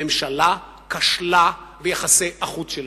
הממשלה כשלה ביחסי החוץ שלה,